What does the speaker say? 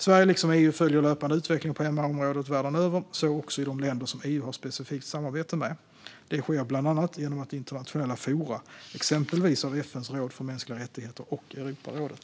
Sverige liksom EU följer löpande utvecklingen på MR-området världen över, så också i de länder som EU har specifikt samarbete med. Det sker bland annat genom internationella forum, exempelvis FN:s råd för mänskliga rättigheter och Europarådet.